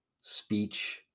speech